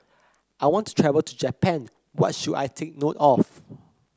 I want to travel to Japan what should I take note of